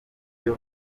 byo